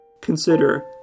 consider